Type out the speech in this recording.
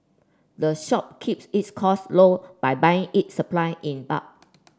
the shop keeps its costs low by buying its supply in bulk